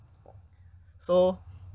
so